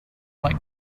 like